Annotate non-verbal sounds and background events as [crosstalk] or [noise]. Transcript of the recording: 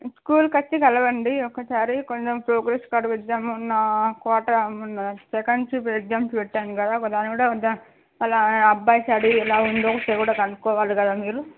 స్కూల్కి వచ్చి కలవండి ఒకసారి కొంచం ప్రోగ్రెస్ కార్డ్ ఎగ్జామ్ ఉన్నా [unintelligible] ఎగ్జామ్స్ పెట్టాం కదా ఒకదాని కూడా వద్దు అలా ఆ అబ్బాయి స్టడీ ఎలా ఉందో అది కూడా కనుక్కోవాలి కదా మీరు